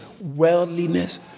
worldliness